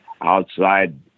outside